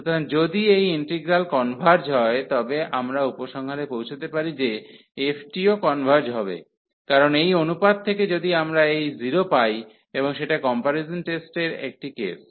সুতরাং যদি এই ইন্টিগ্রাল g কনভার্জ হয় তবে আমরা উপসংহারে পৌঁছাতে পারি যে f টিও কনভার্জ হবে কারণ এই অনুপাত থেকে যদি আমরা এই 0 পাই এবং সেটা কম্পারিজন টেস্টের একটি কেস